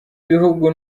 bihugu